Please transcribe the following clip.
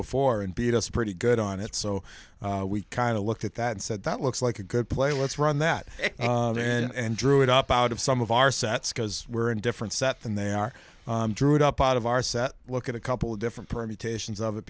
before and beat us pretty good on it so we kind of looked at that and said that looks like a good play let's run that and drew it up out of some of our sets because we're in a different set than they are drew it up out of our set look at a couple different permutations of it